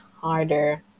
harder